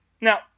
Now